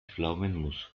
pflaumenmus